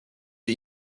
die